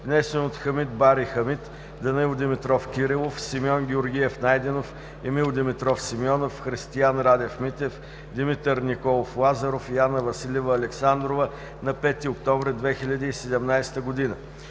внесен от Хамид Бари Хамид, Данаил Димитров Кирилов, Симеон Георгиев Найденов, Емил Димитров Симеонов, Христиан Радев Митев, Димитър Николов Лазаров и Анна Василева Александрова на 5 октомври 2017 г.